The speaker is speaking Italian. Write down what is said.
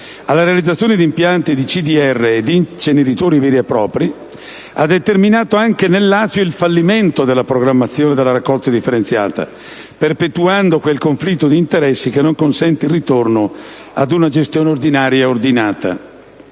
alla realizzazione di impianti CDR e di inceneritori veri e propri ha determinato - anche nel Lazio - il fallimento della programmazione della raccolta differenziata, perpetuando quel conflitto di interessi che non consente il ritorno ad una gestione ordinaria ed ordinata.